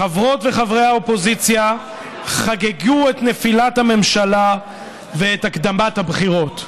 חברות וחברי האופוזיציה חגגו את נפילת הממשלה ואת הקדמת הבחירות.